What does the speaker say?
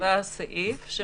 נקבע סעיף,